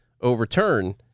overturn